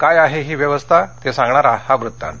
काय आहे ही व्यवस्था ते सांगणारा हा वृत्तांत